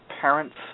parents